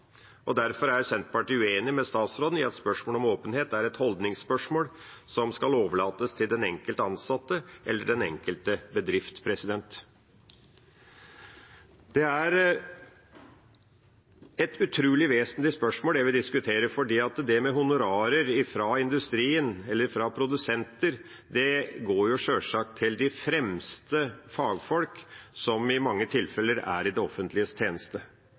Derfor er Senterpartiet uenig med statsråden i at spørsmålet om åpenhet er et holdningsspørsmål som skal overlates til den enkelte ansatte eller den enkelte bedrift. Det er et utrolig vesentlig spørsmål vi diskuterer, for honorarer fra industrien – eller fra produsenter – går sjølsagt til de fremste fagfolk, som i mange tilfeller er i det offentliges tjeneste.